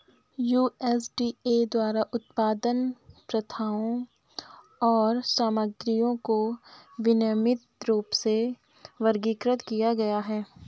USDA द्वारा उत्पादन प्रथाओं और सामग्रियों को विनियमित रूप में वर्गीकृत किया गया है